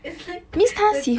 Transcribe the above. it's like